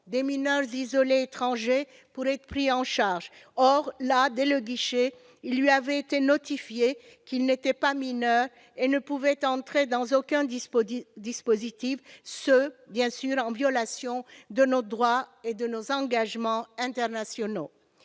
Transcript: des mineurs isolés étrangers pour être pris en charge. Or, dès le guichet, il lui avait été notifié qu'il n'était pas mineur et ne pouvait entrer dans aucun dispositif, ce, à l'évidence, en violation de notre droit et de nos engagements internationaux.